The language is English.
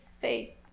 faith